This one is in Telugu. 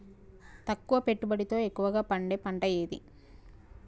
తక్కువ పెట్టుబడితో ఎక్కువగా పండే పంట ఏది?